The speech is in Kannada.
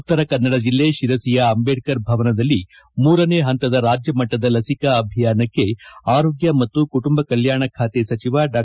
ಉತ್ತರ ಕನ್ನಡ ಜಿಲ್ಲೆ ಶಿರಸಿಯ ಅಂಬೇಡ್ಕರ್ ಭವನದಲ್ಲಿ ಮೂರನೇ ಪಂತದ ರಾಜ್ಯಮಟ್ಟದ ಲಸಿಕಾ ಅಭಿಯಾನಕ್ಕೆ ಆರೋಗ್ಯ ಮತ್ತು ಕುಟುಂಬ ಕಲ್ಕಾಣ ಇಲಾಖೆಯ ಸಚಿವ ಡಾ